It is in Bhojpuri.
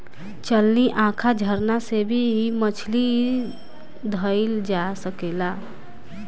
चलनी, आँखा, झरना से भी मछली धइल जा सकेला